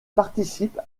participe